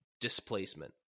displacement